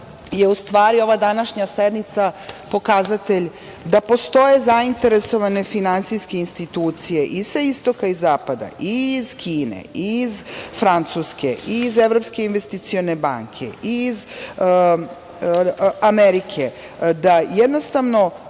je u stvari ova današnja sednica pokazatelj da postoje zainteresovane finansijske institucije i sa istoka, i zapada, i iz Kine, i iz Francuske, i iz Evropske investicione banke i iz Amerike da jednostavno…